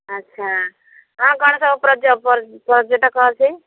ଆଚ୍ଛା ହଁ କ'ଣ ସବୁ ପର୍ଯ୍ୟଟକ ଅଛି